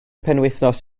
penwythnos